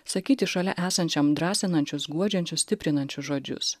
sakyti šalia esančiam drąsinančius guodžiančius stiprinančius žodžius